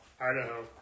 Idaho